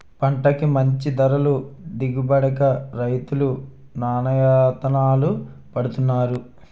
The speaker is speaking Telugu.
పంటకి మంచి ధరలు గిట్టుబడక రైతులు నానాయాతనలు పడుతున్నారు